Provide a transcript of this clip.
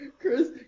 Chris